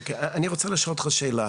אני רוצה לשאול אותך שאלה,